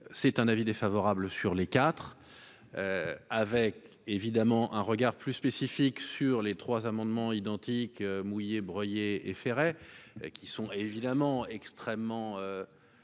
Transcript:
c'est un avis défavorable sur les quatres avec évidemment un regard plus spécifique sur les trois amendements identiques mouillé Breuiller et Ferret, qui sont évidemment extrêmement